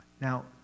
now